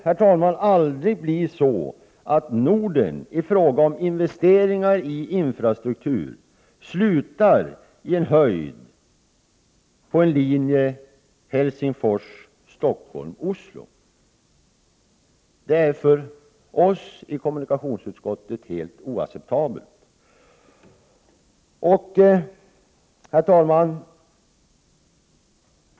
Det får aldrig bli så att Norden i fråga om investeringar i infrastruktur slutar i höjd med en linje Oslo-Stockholm-Helsingfors. Det är för oss i kommunikationsutskottet helt oacceptabelt. Herr talman!